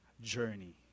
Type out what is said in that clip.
journey